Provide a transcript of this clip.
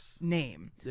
Name